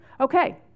Okay